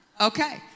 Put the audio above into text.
Okay